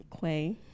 Quay